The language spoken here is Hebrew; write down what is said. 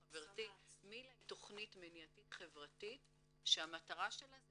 מיל"ה היא תכנית מניעתית חברתית שהמטרה שלה זה